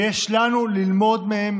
ויש לנו ללמוד מהם